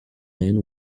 men